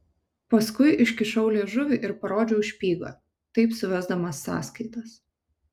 paskui iškišau liežuvį ir parodžiau špygą taip suvesdamas sąskaitas